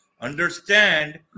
understand